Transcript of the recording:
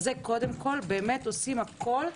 אז זה קודם כל, באמת עושים הכול.